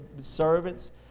servants